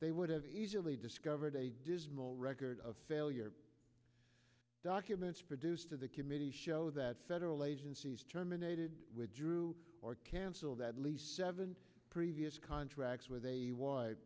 they would have easily discovered a dismal record of failure documents produced to the committee show that federal agencies terminated withdrew or cancelled at least seven previous contracts with a y